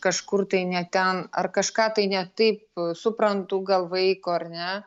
kažkur tai ne ten ar kažką tai ne taip suprantu gal vaiko ar ne